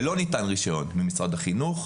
ולא ניתן רישיון ממשרד החינוך.